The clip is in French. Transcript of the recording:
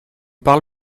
parle